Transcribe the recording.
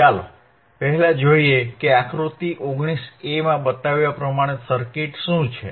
ચાલો પહેલા જોઈએ કે આકૃતિ 19a માં બતાવ્યા પ્રમાણે સર્કિટ શું છે